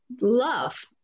love